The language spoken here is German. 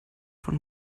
von